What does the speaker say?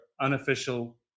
unofficial